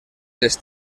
les